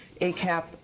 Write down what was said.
ACAP